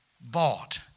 bought